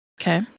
Okay